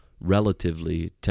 relatively